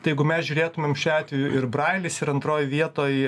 tai jeigu mes žiūrėtumėm šiuo atveju ir brailis ir antroj vietoj